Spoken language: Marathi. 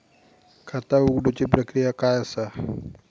खाता उघडुची प्रक्रिया काय असा?